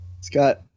Scott